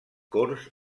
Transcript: cors